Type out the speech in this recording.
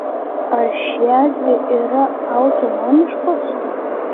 ar šiedvi yra autonomiškos